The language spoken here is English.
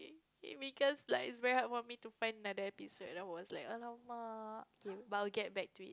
is because like is very hard for me to find another episode I was like !alamak! K but I will get back to